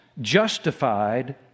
justified